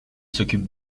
s’occupe